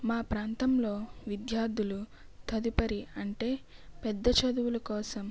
మా ప్రాంతంలో విద్యార్థులు తదుపరి అంటే పెద్ద చదువులు కోసం